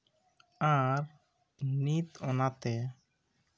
ᱟᱨ ᱱᱤᱛ ᱚᱱᱟᱛᱮ